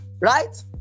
Right